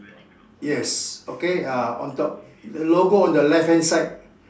yes okay ah on top the logo on the left hand side